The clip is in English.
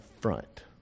front